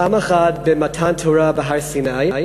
פעם אחת במתן תורה בהר-סיני,